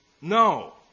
No